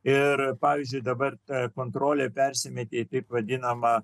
ir pavyzdžiui dabar ta kontrolė persimetei taip vadinamą